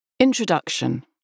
Introduction